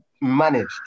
managed